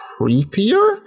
creepier